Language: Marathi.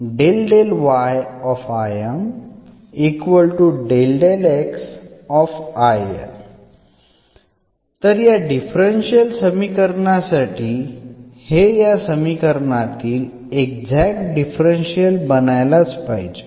तर या डिफरन्शियल समीकरणासाठी हे या समीकरणातील एक्झॅक्ट डिफरन्शियल बणायलाच पाहिजे